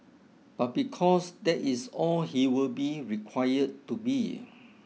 but because that it's all he will be required to be